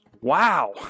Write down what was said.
Wow